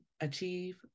achieve